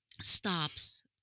stops